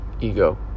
ego